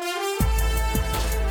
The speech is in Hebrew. השנייה